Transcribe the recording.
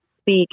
speak